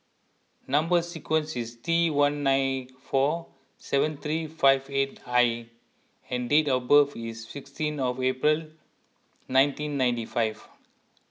Number Sequence is T one nine four seven three five eight I and date of birth is sixteen of April nineteen ninety five